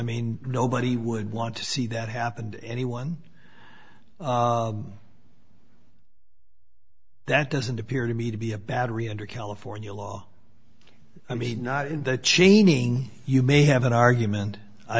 mean nobody would want to see that happened anyone that doesn't appear to me to be a battery under california law i mean not in the chaining you may have an argument i